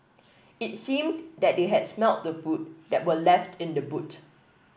it seemed that they had smelt the food that were left in the boot